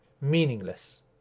meaningless